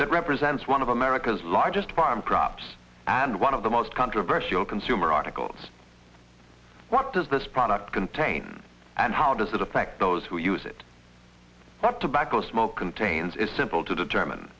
that represents one of america's largest farm crops and one of the most controversial consumer articles what does this product contain and how does it affect those who use it but tobacco smoke contains is simple to determine